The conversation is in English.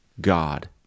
God